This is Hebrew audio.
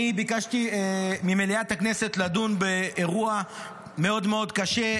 אני ביקשתי ממליאת הכנסת לדון באירוע מאוד מאוד קשה,